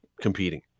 competing